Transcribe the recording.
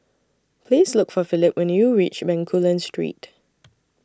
Please Look For Phillip when YOU REACH Bencoolen Street